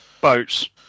Boats